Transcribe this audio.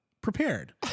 prepared